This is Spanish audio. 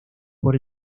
por